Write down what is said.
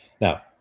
Now